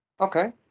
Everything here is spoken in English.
Okay